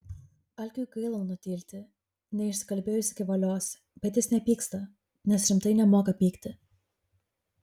algiui gaila nutilti neišsikalbėjus iki valios bet jis nepyksta nes rimtai nemoka pykti